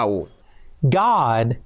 God